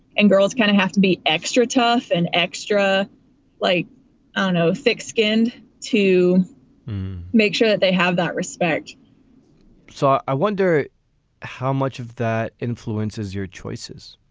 and girls kind of have to be extra tough and extra like ah thick skinned to make sure that they have that respect so i wonder how much of that influences your choices,